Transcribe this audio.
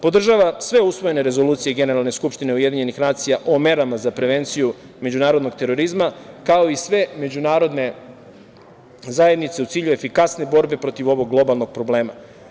Podržava sve usvojene rezolucije Generalne skupštine UN o merama za prevenciju međunarodnog terorizma, kao i sve međunarodne zajednice u cilju efikasne borbe protiv ovog globalnog problema.